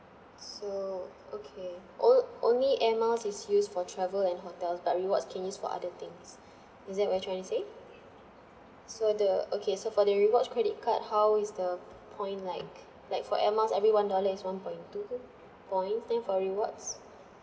so okay o~ only air miles is used for travel and hotels but rewards can use for other things is that what you're trying to say so the okay so for the rewards credit card how is the point like like for air miles every one dollar is one point two point then for rewards